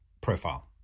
profile